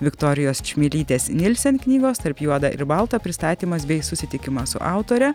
viktorijos čmilytės nilsen knygos tarp juoda ir balta pristatymas bei susitikimas su autore